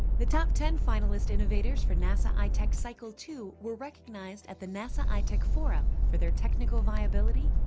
the top ten finalists innovators for nasa itech cycle two were recognized at the nasa itech forum for their technical viability,